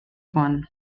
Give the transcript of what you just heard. wan